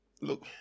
Look